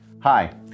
Hi